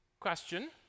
Question